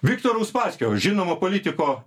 viktoro uspaskicho žinomo politiko